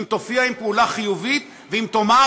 אם תופיע עם פעולה חיובית ואם תאמר,